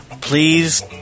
Please